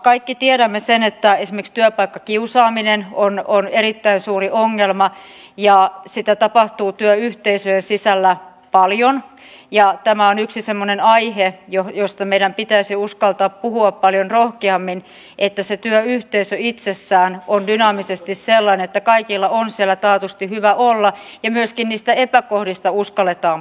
kaikki tiedämme sen että esimerkiksi työpaikkakiusaaminen on erittäin suuri ongelma ja sitä tapahtuu työyhteisöjen sisällä paljon ja tämä on yksi semmoinen aihe josta meidän pitäisi uskaltaa puhua paljon rohkeammin että se työyhteisö itsessään on dynaamisesti sellainen että kaikilla on siellä taatusti hyvä olla ja myöskin niistä epäkohdista uskalletaan puhua